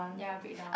ya break down